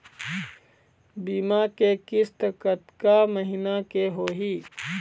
बीमा के किस्त कतका महीना के होही?